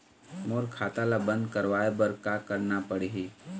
मोर खाता ला बंद करवाए बर का करना पड़ही?